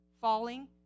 falling